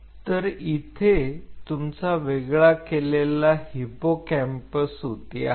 तरी इथे तुमचा वेगळा केलेला हिपोकॅम्पस उती आहे